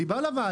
אני בא לוועדה.